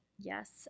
Yes